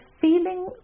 feeling